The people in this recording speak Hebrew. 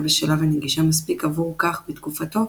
בשלה ונגישה מספיק עבור כך בתקופתו,